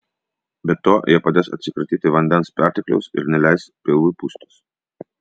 be to jie padės atsikratyti vandens pertekliaus ir neleis pilvui pūstis